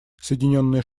соединенные